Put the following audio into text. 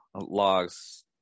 logs